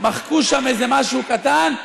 מחקו שם איזה משהו קטן,